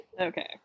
Okay